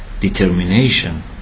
determination